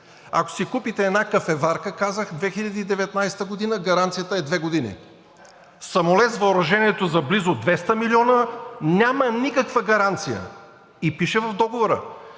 Ако си купите една кафеварка, казах 2019 г., гаранцията е две години. Самолет с въоръжението за близо 200 милиона няма никаква гаранция. И пише в договора,